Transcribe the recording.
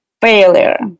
failure